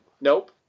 nope